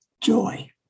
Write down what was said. joy